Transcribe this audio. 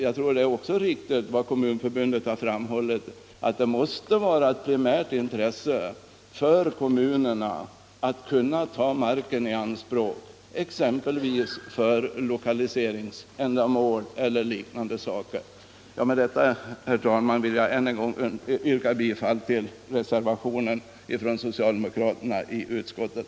Jag tror att det också är riktigt som Kommunförbundet har framhållit: att det måste vara ett primärt intresse för kommunerna att kunna ta marken i anspråk, exempelvis för lokaliseringsändamål eller liknande. Herr talman! Med det nu anförda vill jag än en gång yrka bifall till reservationen från socialdemokraterna i utskottet.